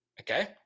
okay